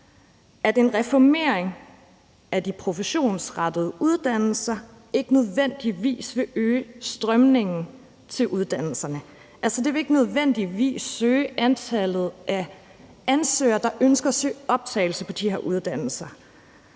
at en reformering af de professionsrettede uddannelser ikke nødvendigvis vil øge tilstrømningen til uddannelserne. Altså, det vil ikke nødvendigvis øge antallet af ansøgere, der ønsker at søge optagelse på de her uddannelser.